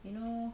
you know